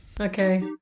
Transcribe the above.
okay